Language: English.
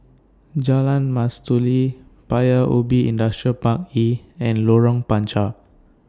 Jalan Mastuli Paya Ubi Industrial Park E and Lorong Panchar